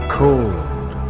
cold